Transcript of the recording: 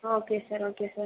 okay sir okay sir